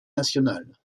nationale